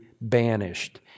banished